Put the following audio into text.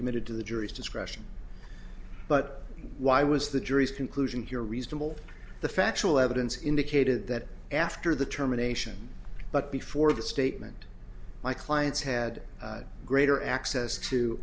committed to the jury's discretion but why was the jury's conclusion here reasonable the factual evidence indicated that after the terminations but before the statement my clients had greater access to